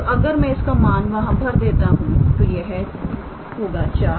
तो अगर मैं इसका मान वहां भर देता हूं तो यह होगा 4